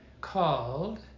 called